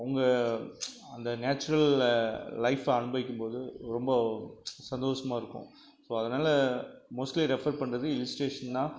அவங்க அந்த நேச்சுரல் லைஃப்பை அனுபவிக்கும் போது ரொம்ப சந்தோஷமாக இருக்கும் ஸோ அதனால மோஸ்ட்லி ரெஃபர் பண்ணுறது ஹில் ஸ்டேஷன்தான்